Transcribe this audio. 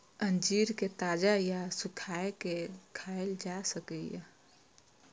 अंजीर कें ताजा या सुखाय के खायल जा सकैए